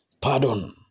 Pardon